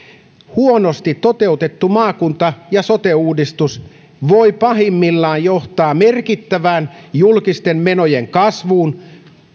huonosti toteutettu maakunta ja sote uudistus voi pahimmillaan johtaa merkittävään julkisten menojen kasvuun